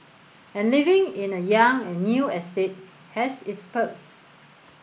and living in a young and new estate has its perks